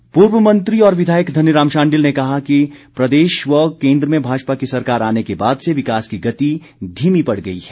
शांडिल पूर्व मंत्री और विधायक धनीराम शांडिल ने कहा है कि प्रदेश व केन्द्र में भाजपा की सरकार आने के बाद से विकास की गति धीमी पड़ गई है